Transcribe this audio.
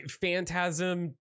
phantasm